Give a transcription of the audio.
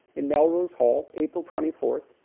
in melrose hall, april twenty fourth,